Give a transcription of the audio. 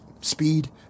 speed